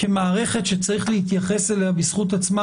כמערכת שצריך להתייחס אליה בזכות עצמה